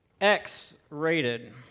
X-rated